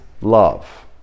love